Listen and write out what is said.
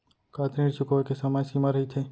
का ऋण चुकोय के समय सीमा रहिथे?